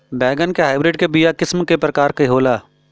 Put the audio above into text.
बैगन के हाइब्रिड के बीया किस्म क प्रकार के होला?